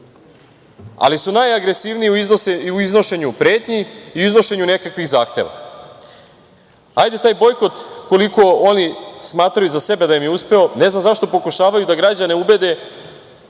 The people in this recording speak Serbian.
ali su najagresivniji u iznošenju pretnji i u iznošenju nekakvih zahteva. Hajde taj bojkot, koliko oni smatraju za sebe da im je uspeo, ne znam zašto pokušavaju da građane ubede